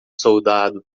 soldado